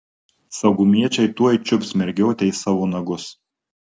saugumiečiai tuoj čiups mergiotę į savo nagus